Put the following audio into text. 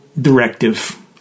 Directive